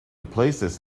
places